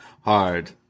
hard